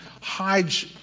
hides